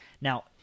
Now